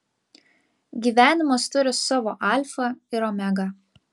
gyvenimas turi savo alfą ir omegą